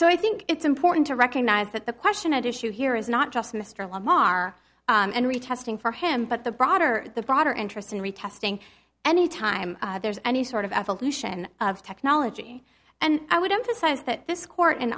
so i think it's important to recognize that the question at issue here is not just mr lamar and retesting for him but the broader the broader interest in recasting any time there's any sort of evolution of technology and i would emphasize that this court and